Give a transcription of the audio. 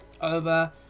over